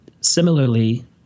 Similarly